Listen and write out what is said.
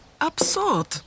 absurd